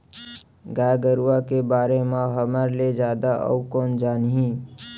गाय गरूवा के बारे म हमर ले जादा अउ कोन जानही